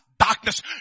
darkness